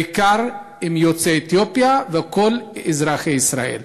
בעיקר עם יוצאי אתיופיה, וכל אזרחי ישראל.